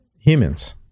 humans